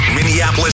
Minneapolis